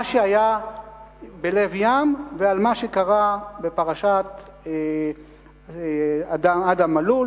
שהיה בלב ים ועל מה שקרה בפרשת אדם מלול,